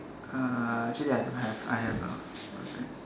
uh actually I do have I have a girlfriend